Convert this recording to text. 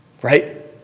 Right